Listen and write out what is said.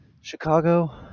Chicago